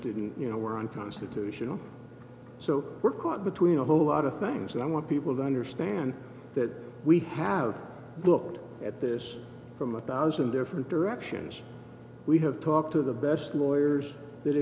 didn't you know were unconstitutional so we're caught between a whole lot of things and i want people to understand that we have looked at this from a thousand different directions we have talked to the best lawyers that